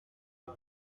des